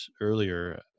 earlier